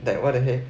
that what the heck